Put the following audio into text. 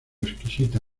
exquisita